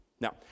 Now